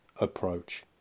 approach